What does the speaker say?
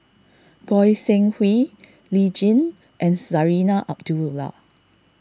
Goi Seng Hui Lee Tjin and Zarinah Abdullah